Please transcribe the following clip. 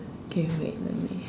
okay wait let me